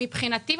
מבחינתי,